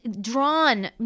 drawn